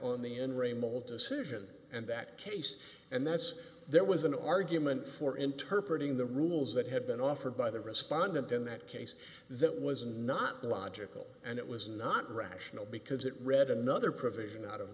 mold decision and that case and this there was an argument for interpret in the rules that had been offered by the respondent in that case that was not the logical and it was not rational because it read another provision out of